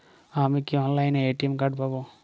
আমি কি অনলাইনে এ.টি.এম কার্ড পাব?